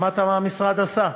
שמעת מה המשרד עשה?